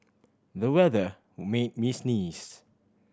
the weather made me sneeze